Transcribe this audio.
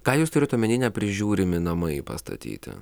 ką jūs turit omeny neprižiūrimi namai pastatyti